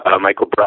Michael